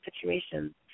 situations